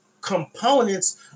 components